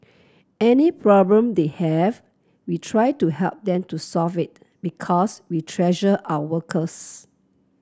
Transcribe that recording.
any problem they have we try to help them to solve it because we treasure our workers